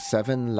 Seven